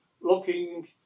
looking